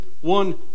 one